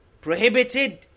prohibited